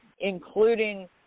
including